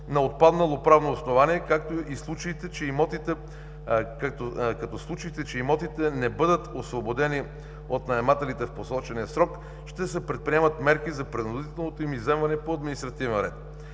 на отпаднало правно основание, като в случаите, че имотите не бъдат освободени от наемателите в посочения срок, ще се предприемат мерки за принудителното им изземване по административен ред.